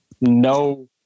no